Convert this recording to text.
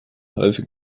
häufig